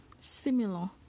similar